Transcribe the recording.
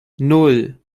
nan